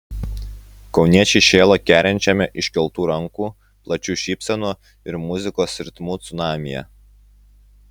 kauniečiai šėlo kerinčiame iškeltų rankų plačių šypsenų ir muzikos ritmų cunamyje